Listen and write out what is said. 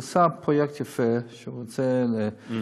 הוא עשה פרויקט יפה שהוא רוצה לעזור,